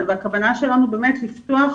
והכוונה שלנו באמת לפתוח